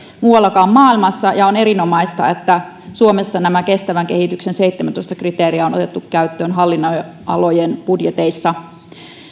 muuallakaan maailmassa ja on erinomaista että suomessa nämä kestävän kehityksen seitsemäntoista kriteeriä on otettu käyttöön hallin nonalojen budjeteissa